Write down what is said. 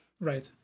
Right